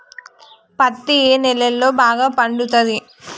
పత్తి ఏ నేలల్లో బాగా పండుతది?